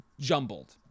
jumbled